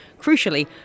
crucially